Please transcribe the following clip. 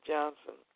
Johnson